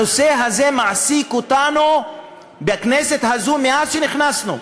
הנושא הזה מעסיק אותנו בכנסת הזו מאז נכנסנו,